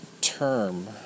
term